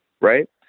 right